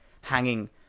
hanging